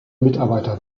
mitarbeiter